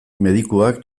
medikuak